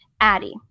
Addie